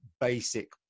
basic